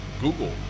Google